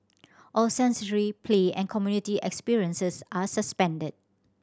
all sensory play and community experiences are suspended